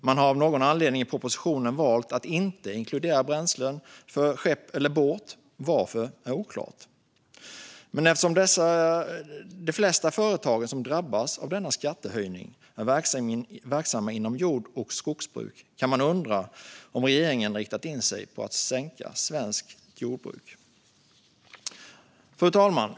Man har av någon anledning i propositionen valt att inte inkludera bränslen för skepp eller båt - varför är oklart. Eftersom de flesta företag som drabbas av denna skattehöjning är verksamma inom jord och skogsbruk kan man undra om regeringen har riktat in sig på att sänka svenskt jordbruk. Fru talman!